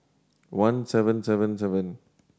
one seven seven seven